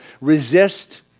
resist